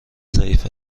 ضعیف